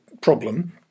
problem